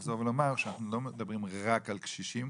לחזור ולומר שאנחנו לא מדברים רק על קשישים.